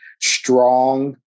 strong